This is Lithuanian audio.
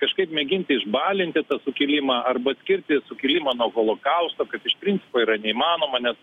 kažkaip mėginti išbalinti sukilimą arba atskirti sukilimą nuo holokausto kas iš principo yra neįmanoma nes